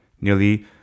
Nearly